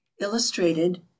illustrated